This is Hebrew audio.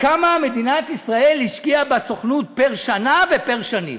כמה מדינת ישראל השקיעה בסוכנות פר שנה ופר שנים?